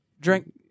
Drink